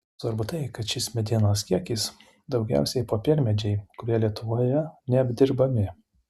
svarbu tai kad šis medienos kiekis daugiausiai popiermedžiai kurie lietuvoje neapdirbami